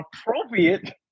appropriate